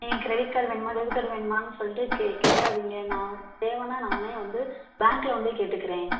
நீங்கள் credit card வேணுமா debit card வேணுமா சொல்லிட்டு கேட்காதிங்க நான் தேவைனா நானே வந்து பேங்க்கில் வந்தே கேட்டுக்கிறேன்